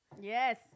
Yes